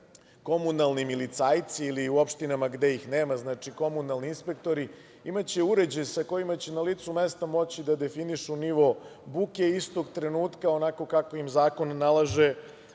komunalni milicajci ili u opštinama gde ih nema, znači komunalni inspektori, imaće uređaj sa kojima će na licu mesta moći da definišu nivo buke i istog trenutka onako kako im zakon nalaže